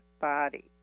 body